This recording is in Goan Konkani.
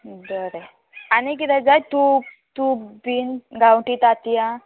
बरें आनी कितें जाय तूप तूप बीन गांवटी तांतयां